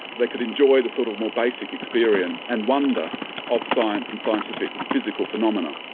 they could enjoy the sort of more basic experience and wonder of science and scientific and physical phenomena.